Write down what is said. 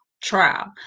trial